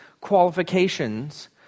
qualifications